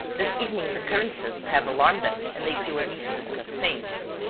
this evening's occurrences have alarmed them and they feel a need to discuss things.